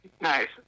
Nice